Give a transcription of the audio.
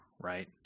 right